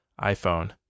iPhone